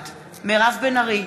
מירב בן ארי,